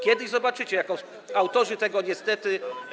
Kiedyś zobaczycie to jako autorzy tego niestety.